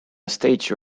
stage